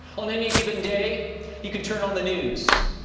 on any given day you can turn on the news,